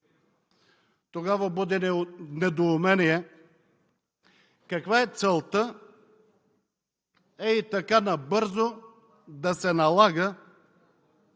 Тогава буди недоумение каква е целта ей така набързо да се налага